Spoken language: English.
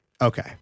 Okay